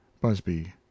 Busby